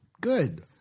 Good